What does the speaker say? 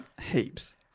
heaps